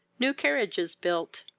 new carriages built,